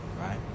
right